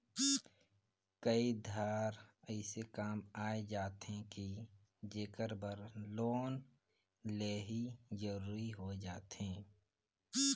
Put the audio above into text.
कए धाएर अइसे काम आए जाथे कि जेकर बर लोन लेहई जरूरी होए जाथे